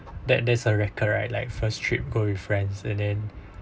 that there's a record right like first trip go with friends and then